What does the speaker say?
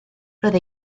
roedd